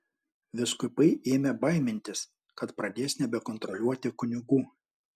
vyskupai ėmė baimintis kad pradės nebekontroliuoti kunigų